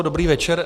Dobrý večer.